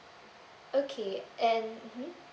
okay and mmhmm